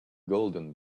golden